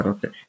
Okay